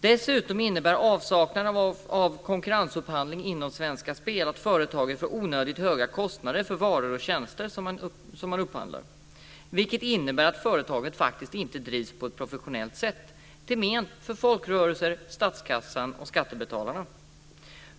Dessutom innebär avsaknaden av konkurrensupphandling inom Svenska Spel att företaget får onödigt höga kostnader för varor och tjänster som man upphandlar. Det innebär att företaget faktiskt inte drivs på ett professionellt sätt - till men för folkrörelserna, statskassan och skattebetalarna.